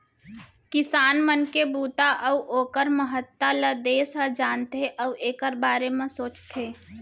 किसान मन के बूता अउ ओकर महत्ता ल देस ह जानथे अउ एकर बारे म सोचथे